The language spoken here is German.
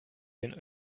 den